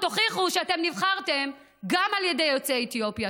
תוכיחו שאתם נבחרתם גם על ידי יוצאי אתיופיה.